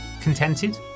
contented